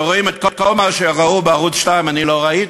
ורואים את כל מה שראו בערוץ 2. אני לא ראיתי,